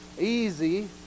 easy